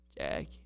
Jack